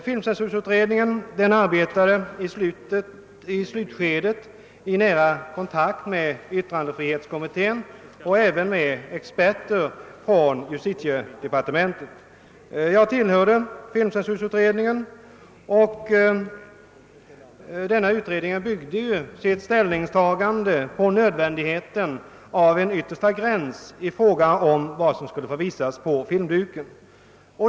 Filmcensurutredningen arbetade i slutskedet i nära kontakt med yttrandefrihetskommittén och även med experter från = justitiedepartementet. Jag tillhörde filmcensurutredningen, och denna utredning byggde sitt ställningstagande på nödvändigheten av en yttersta gräns i fråga om vad som skulle få visas på filmduken.